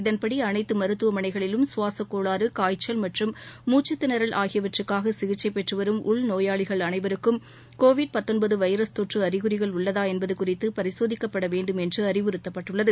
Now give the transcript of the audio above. இதன்படி அனைத்தமருத்துவமனைகளிலும் சுவாசக் கோளாறு காய்ச்சல் மற்றும் மூச்சுதிணறல் ஆகியவற்றுக்காகசிகிச்சைபெற்றுவரும் நோயாளிகள் வைரஸ் தொற்றுஅறிகுறிகள் உள்ளதாஎன்பதுகுறித்துபரிசோதிக்கப்படவேண்டும் என்றுஅறிவுறுத்தப்பட்டுள்ளது